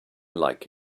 like